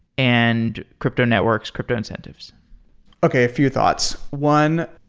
and crypto networks, crypto incentives okay, a few thoughts. one,